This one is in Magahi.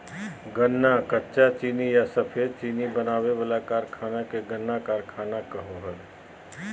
गन्ना कच्चा चीनी या सफेद चीनी बनावे वाला कारखाना के गन्ना कारखाना कहो हइ